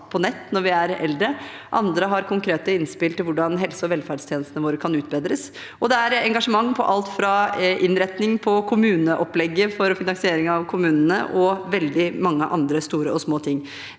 på nett når vi er eldre. Andre har konkrete innspill til hvordan helse- og velferdstjenestene våre kan utbedres, og det er engasjement på alt fra innretning på kommuneopplegget for finansiering av kommunene til veldig mange andre store og små ting.